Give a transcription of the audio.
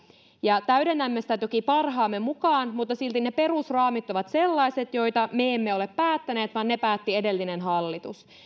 ja täydennämme sitä toki parhaamme mukaan mutta silti ne perusraamit ovat sellaiset joita me emme ole päättäneet vaan ne päätti edellinen hallitus